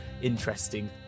interesting